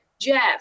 Jeff